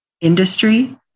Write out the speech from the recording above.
industry